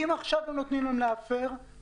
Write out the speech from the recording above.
אם עכשיו נותנים להם להפר,